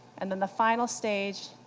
and then the final stage,